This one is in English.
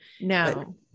No